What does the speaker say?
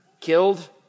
killed